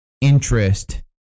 interest